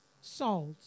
salt